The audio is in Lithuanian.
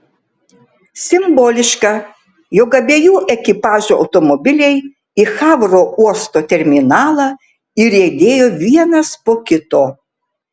simboliška jog abiejų ekipažų automobiliai į havro uosto terminalą įriedėjo vienas po kito